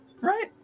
right